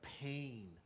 pain